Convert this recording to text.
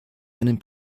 einen